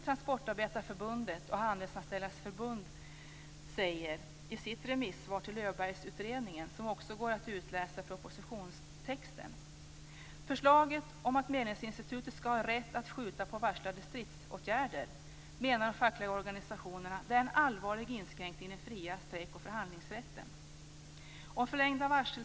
Transportarbetareförbundet och Handelsanställdas förbund säger i sitt remissvar till Öbergutredningen, som också går att utläsa i propositionstexten, att förslaget om att medlingsinstitutet ska ha rätt att skjuta på varslade stridsåtgärder är en allvarlig inskränkning i den fria strejk och förhandlingsrätten.